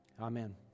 Amen